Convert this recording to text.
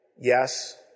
Yes